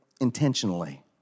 intentionally